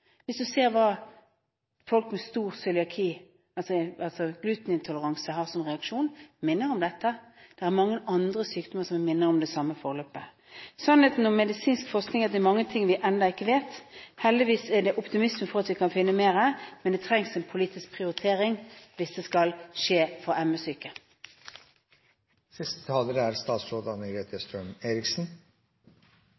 Hvis man ser hva folk med glutenintoleranse har som reaksjon, minner det om dette. Det er mange andre sykdommer som minner om det samme forløpet. Sannheten om medisinsk forskning er at det er mange ting vi ennå ikke vet. Heldigvis er det optimisme for at vi kan finne ut mer, men det trengs en politisk prioritering hvis det skal skje for ME-syke. Jeg mener interpellanten er